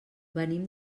venim